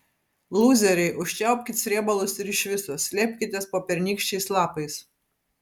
lūzeriai užčiaupkit srėbalus ir iš viso slėpkitės po pernykščiais lapais